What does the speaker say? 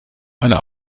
einer